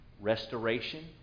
restoration